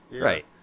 Right